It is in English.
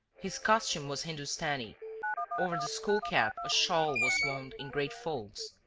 his costume was hindostani over the skull-cap a shawl was wound in great folds,